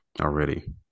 already